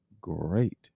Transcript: great